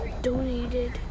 donated